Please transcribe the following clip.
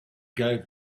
gave